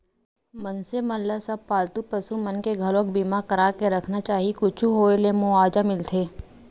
मनसे मन ल सब पालतू पसु मन के घलोक बीमा करा के रखना चाही कुछु होय ले मुवाजा मिलथे